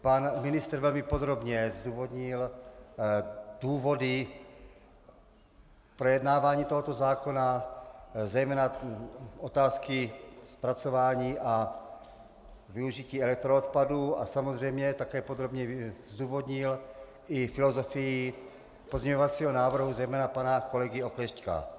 Pan ministr velmi podrobně zdůvodnil důvody projednávání tohoto zákona, zejména otázky zpracování a využití elektroodpadů, a samozřejmě také podrobně zdůvodnil i filozofii pozměňovacího návrhu, zejména pana kolegy Oklešťka.